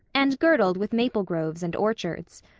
and girdled with maple groves and orchards.